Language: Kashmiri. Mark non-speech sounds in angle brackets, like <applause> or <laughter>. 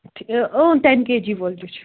<unintelligible> اۭں ٹٮ۪ن کے جی وۄل تہِ چھُ